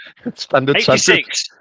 86